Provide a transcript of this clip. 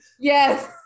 Yes